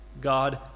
God